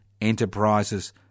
enterprises